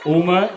uma